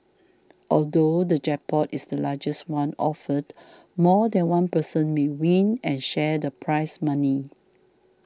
although the jackpot is the largest one offered more than one person may win and share the prize money